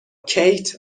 کیت